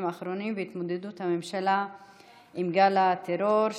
האחרונים והתמודדות הממשלה עם גל הטרור,